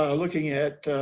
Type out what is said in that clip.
um looking at